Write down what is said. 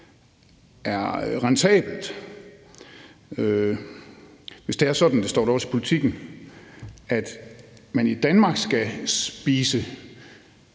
er rentabelt. Hvis det er sådan, og det står der også i Politiken, at man i Danmark skal spise